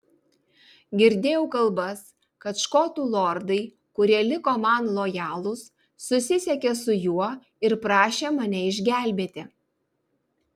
girdėjau kalbas kad škotų lordai kurie liko man lojalūs susisiekė su juo ir prašė mane išgelbėti